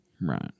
right